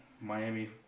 Miami